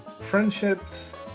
friendships